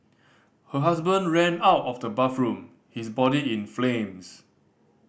her husband ran out of the bathroom his body in flames